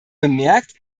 bemerkt